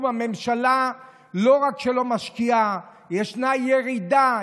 הממשלה לא רק שלא משקיעה אלא ישנה ירידה,